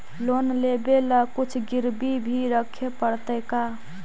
Loan लेबे ल कुछ गिरबी भी रखे पड़तै का?